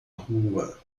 rua